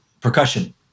percussion